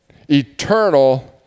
eternal